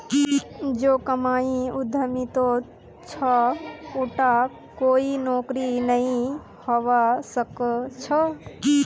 जो कमाई उद्यमितात छ उटा कोई नौकरीत नइ हबा स ख छ